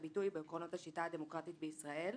הביטוי ובעקרונות השיטה הדמוקרטית בישראל.